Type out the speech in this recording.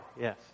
yes